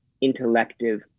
intellective